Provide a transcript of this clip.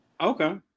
Okay